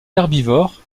herbivore